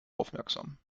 aufmerksam